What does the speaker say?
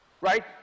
right